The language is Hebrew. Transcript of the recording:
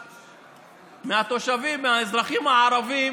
מהתושבים, מהאזרחים הערבים